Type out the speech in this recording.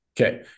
okay